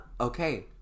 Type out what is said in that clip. okay